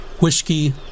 Whiskey